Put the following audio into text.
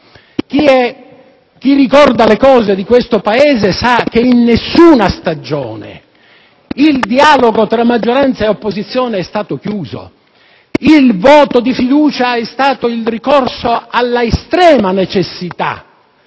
chi ricorda le cose di questo Paese sa che in nessuna stagione il dialogo tra maggioranza e opposizione è stato chiuso e il voto di fiducia è stato il ricorso all'estrema necessità